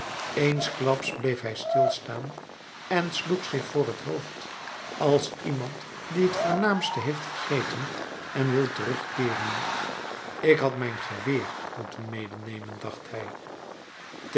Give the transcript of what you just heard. eensklaps bleef hij stil staan en sloeg zich voor t hoofd als iemand die het voornaamste heeft vergeten en wil terugkeeren ik had mijn geweer moeten medenemen dacht hij